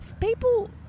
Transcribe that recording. people